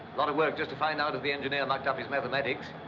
lot of work just to find out if the engineer mucked up his mathematics.